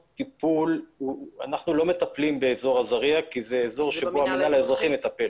אנחנו לא מטפלים באזור עזריה כי זה אזור בו המינהל האזרחי מטפל.